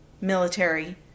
military